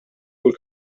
kull